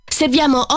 serviamo